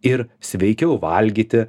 ir sveikiau valgyti